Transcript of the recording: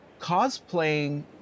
cosplaying